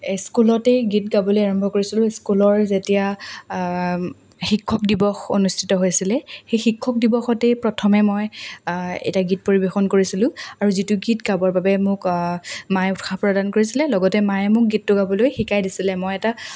এই স্কুলতেই গীত গাবলৈ আৰম্ভ কৰিছিলোঁ স্কুলৰ যেতিয়া শিক্ষক দিৱস অনুষ্ঠিত হৈছিলে সেই শিক্ষক দিৱসতেই প্ৰথমে মই এটা গীত পৰিৱেশন কৰিছিলোঁ আৰু যিটো গীত গাবৰ বাবে মোক মায়ে উৎসাহ প্ৰদান কৰিছিলে লগতে মায়ে মোক গীতটো গাবলৈ শিকাই দিছিলে মই এটা